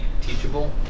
teachable